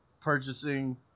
purchasing